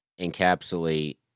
encapsulate